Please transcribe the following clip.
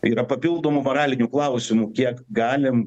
yra papildomų moralinių klausimų kiek galim